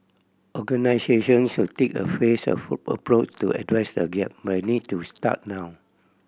organisations should take a phased approach to address the gap but they need to start now